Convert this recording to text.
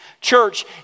Church